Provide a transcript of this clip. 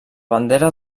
bandera